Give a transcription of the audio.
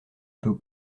peut